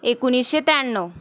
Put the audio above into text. एकोणीसशे त्र्याण्णव